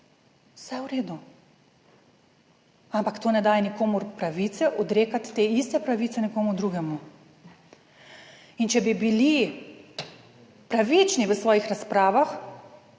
Vse v redu. Ampak to ne daje nikomur pravice odrekati te iste pravice nekomu drugemu. In če bi bili pravični v svojih razpravah,